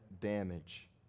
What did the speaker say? damage